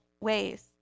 ways